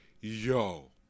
yo